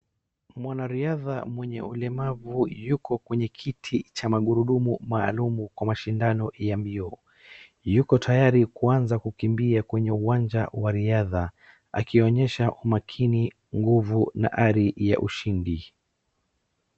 Mwanariadha mwenye ulemavu yuko kwenye kiti cha magurudumu maaluu kwa mashindano ya mbio, yuko tayari kuanaza kukimbia kwenye uwanja wa riadha, akionyesha umakini, nguvu na ari ya ushindi.